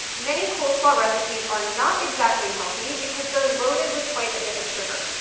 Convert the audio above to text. many coleslaw recipes are not exactly healthy because they're loaded with quite a bit of sugar.